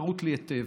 שחרות לי היטב: